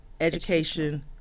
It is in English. education